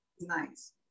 nice